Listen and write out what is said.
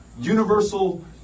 universal